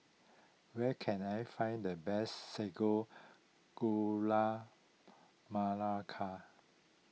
where can I find the best Sago Gula Malaka